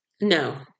No